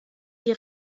die